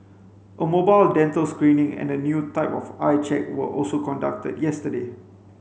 a mobile dental screening and a new type of eye check were also conducted yesterday